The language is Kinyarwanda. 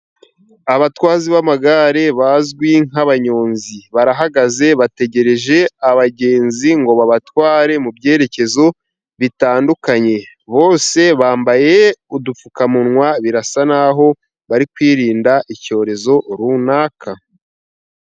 Abatwazi b'amagare bazwi nk'abanyonzi, barahagaze bategereje abagenzi ngo babatware mu byerekezo bitandukanye, bose bambaye udupfukamunwa birasa n'aho bari kwirinda icyorezo runaka.